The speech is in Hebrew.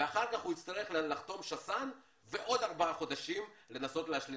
ואחר כך הוא יצטרך לחתום שס"ן ועוד 4 חודשים לנסות להשלים.